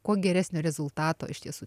kuo geresnio rezultato iš tiesų